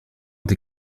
des